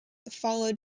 followed